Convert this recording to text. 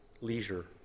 leisure